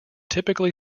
typically